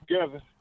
together